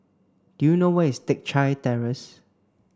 do you know where is Teck Chye Terrace